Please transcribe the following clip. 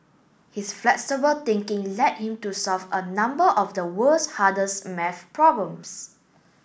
his flexible thinking led him to solve a number of the world's hardest maths problems